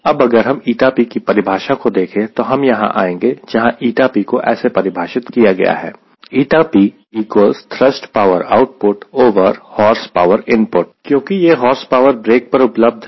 अब अगर हम ηp की परिभाषा को देखें तो हम यहां आएंगे जहां ηp को ऐसे परिभाषित किया गया है क्योंकि यह हॉर्स पावर ब्रेक पर उपलब्ध है